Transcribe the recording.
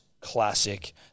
classic